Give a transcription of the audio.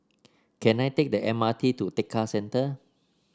can I take the M R T to Tekka Centre